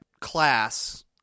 class